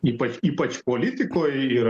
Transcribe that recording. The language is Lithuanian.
ypač ypač politikoj ir